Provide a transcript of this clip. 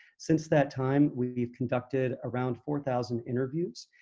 since that time, we've we've conducted around four thousand interviews.